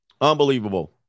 Unbelievable